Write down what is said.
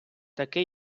таке